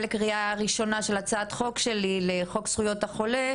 לקריאה ראשונה של הצעת חוק שלי ל"חוק זכויות החולה",